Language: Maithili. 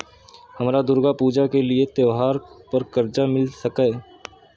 हमरा दुर्गा पूजा के लिए त्योहार पर कर्जा मिल सकय?